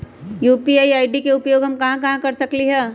UPI ID के उपयोग हम कहां कहां कर सकली ह?